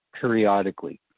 periodically